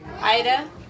Ida